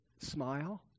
Smile